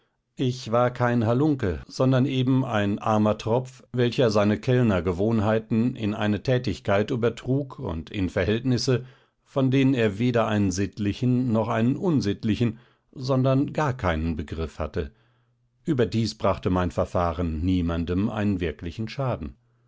ich war kein halunke sondern eben ein armer tropf welcher seine kellnergewohnheiten in eine tätigkeit übertrug und in verhältnisse von denen er weder einen sittlichen noch einen unsittlichen sondern gar keinen begriff hatte überdies brachte mein verfahren niemandem einen wirklichen schaden